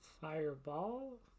Fireball